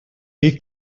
dir